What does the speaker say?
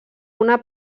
una